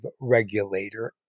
regulator